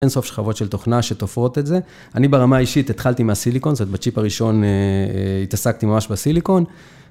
אין סוף שכבות של תוכנה שתופרות את זה. אני ברמה האישית התחלתי מהסיליקון, זאת אומרת, בצ'יפ הראשון התעסקתי ממש בסיליקון.